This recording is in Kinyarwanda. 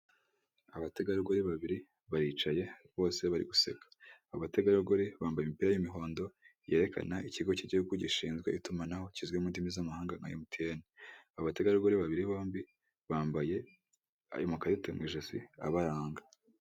Uyu ni umwe mu mihanda ishobora kuba igaragara mu Rwanda, aho bagaragaza agace imodoka nk'izitwaye abagenzi cyangwa se n'izitwara imizigo zishobora kuba zahagarara umwanya muto mu gihe cy'akaruhuko.